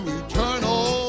eternal